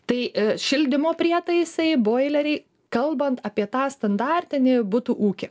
tai šildymo prietaisai boileriai kalbant apie tą standartinį butų ūkį